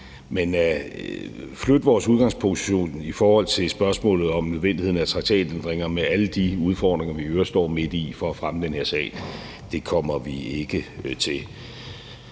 at flytte vores udgangsposition i forhold til spørgsmålet om nødvendigheden af traktatændringer med alle de udfordringer, vi i øvrigt står midt i, for at fremme den her sag, kommer vi ikke til.